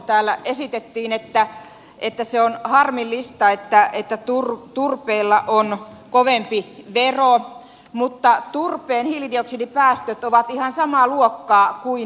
täällä esitettiin että on harmillista että turpeella on kovempi vero mutta turpeen hiilidioksidipäästöt ovat ihan samaa luokkaa kuin hiilen